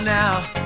now